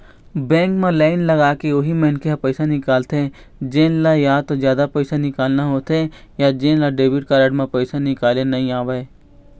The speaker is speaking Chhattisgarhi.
बेंक म लाईन लगाके उही मनखे ह पइसा निकालथे जेन ल या तो जादा पइसा निकालना होथे या जेन ल डेबिट कारड म पइसा निकाले ल नइ आवय